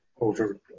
over